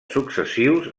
successius